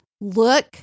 Look